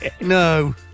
no